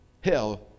Hell